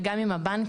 וגם עם הבנקים,